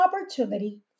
opportunity